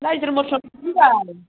नायजेर मथन होनोसैबाल